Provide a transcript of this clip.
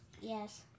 Yes